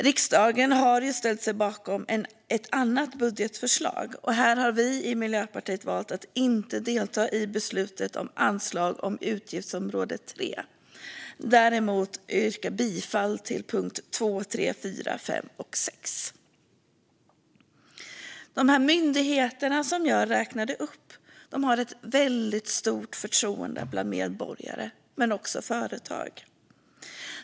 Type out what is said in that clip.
Riksdagen har ställt sig bakom ett annat budgetförslag än vårt, och vi i Miljöpartiet har valt att inte delta i beslutet om anslag för utgiftsområde 3. Däremot yrkar jag bifall till utskottets förslag under punkterna 2, 3, 4, 5 och 6. De myndigheter som jag räknade upp har ett väldigt stort förtroende bland medborgare och företag.